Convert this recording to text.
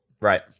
Right